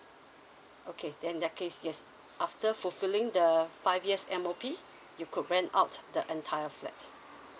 okay then in that case yes after fulfilling the five years M_O_P you could rent out the entire flat